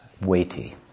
weighty